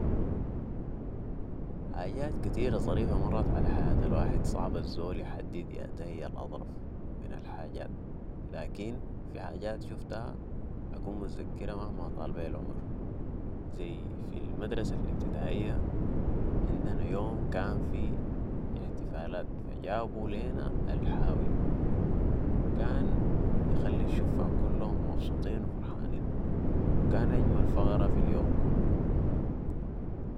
حاجات كتيره ظريفه مرت على حياه الواحد و صعب الزول يحدد ياتا هى الاظرف من كل الحاجات لكن في حاجات شفتها حكون متزكرها مهما طال بي العمر ذي في المدرسه الابتدائيه عندنا يوم كان في احتفالات فجابوا لينا الحاوي كان ويخلى الشغع كلهم مبسوطين وفرحانين و كان أجمل فقره في اليوم كلو